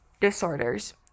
disorders